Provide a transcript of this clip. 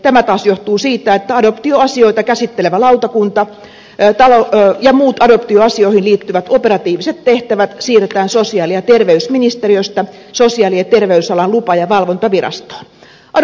tämä taas johtuu siitä että adoptioasioita käsittelevä lautakunta ja muut adoptioasioihin liittyvät operatiiviset tehtävät siirretään sosiaali ja terveysministeriöstä sosiaali ja terveysalan lupa ja valvontavirastoon